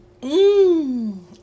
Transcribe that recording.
Mmm